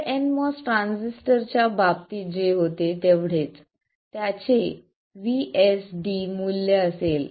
तर nMOS ट्रान्झिस्टरच्या बाबतीत जे होते तेवढेच त्याचे VSD मूल्य असेल